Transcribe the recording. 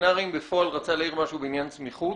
הווטרינרים בפועל רצה להעיר משהו בעניין סמיכות.